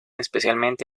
especialmente